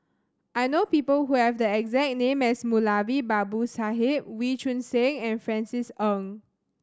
I know people who have the exact name as Moulavi Babu Sahib Wee Choon Seng and Francis Ng